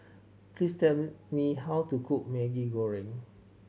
please tell me how to cook Maggi Goreng